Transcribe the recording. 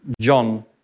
John